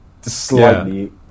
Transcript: slightly